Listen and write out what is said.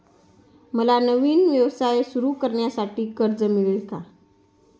मला नवीन व्यवसाय सुरू करण्यासाठी कर्ज मिळेल का?